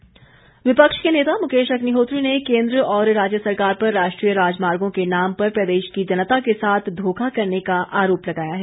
अग्निहोत्री विपक्ष के नेता मुकेश अग्निहोत्री ने केंद्र और राज्य सरकार पर राष्ट्रीय राजमार्गो के नाम पर प्रदेश की जनता के साथ धोखा करने का आरोप लगाया है